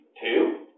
Two